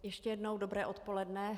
Ještě jednou dobré odpoledne.